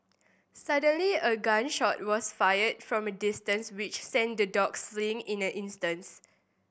suddenly a gun shot was fired from a distance which sent the dogs fleeing in an instance